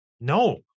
No